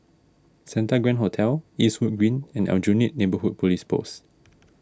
Santa Grand Hotel Eastwood Green and Aljunied Neighbourhood Police Post